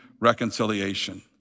reconciliation